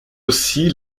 aussi